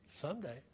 someday